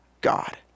God